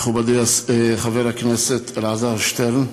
מכובדי חבר הכנסת אלעזר שטרן,